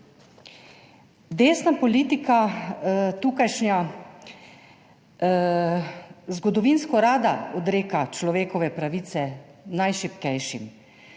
desna politika zgodovinsko rada odreka človekove pravice najšibkejšim,